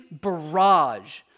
barrage